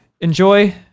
enjoy